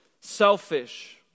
selfish